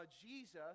Jesus